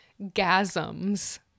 Gasms